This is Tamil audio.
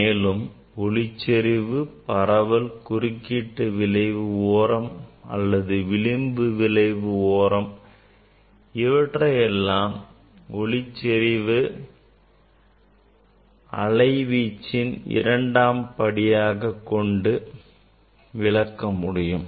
மேலும் ஒளி செறிவு பரவல் குறுக்கீட்டு விளைவு ஓரம் விளிம்பு விளைவு ஓரம் இவற்றை எல்லாம் ஒளிச்செறிவை அலைவீச்சின் இரண்டாம் மடியாக கொண்டு விளக்க முடியும்